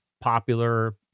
popular